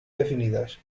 definidas